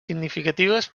significatives